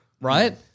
right